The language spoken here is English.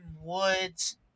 Woods